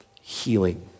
healing